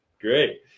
Great